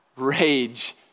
rage